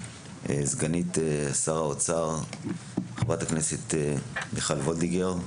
סגנית שר האוצר חברת הכנסת מיכל וולדיגר.